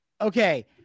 Okay